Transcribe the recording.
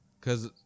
Cause